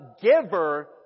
giver